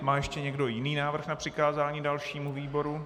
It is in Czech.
Má ještě někdo jiný návrh na přikázání dalšímu výboru?